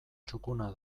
txukuna